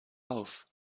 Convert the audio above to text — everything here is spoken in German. auf